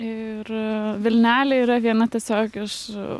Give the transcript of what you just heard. ir vilnelė yra viena tiesiog iš